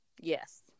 yes